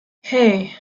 hey